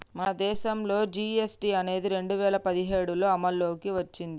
మన దేసంలో ఈ జీ.ఎస్.టి అనేది రెండు వేల పదిఏడులో అమల్లోకి ఓచ్చింది